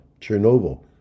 Chernobyl